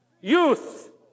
youth